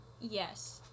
Yes